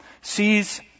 sees